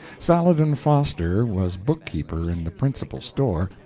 saladin foster was book-keeper in the principal store,